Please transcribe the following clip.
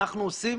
אנחנו עושים